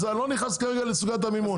אני לא נכנס כרגע לסוגיית המימון,